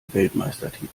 weltmeistertitel